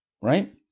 right